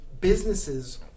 businesses